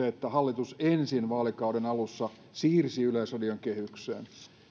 että hallitus ensin vaalikauden alussa siirsi yleisradion kehykseen